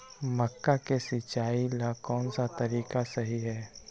मक्का के सिचाई ला कौन सा तरीका सही है?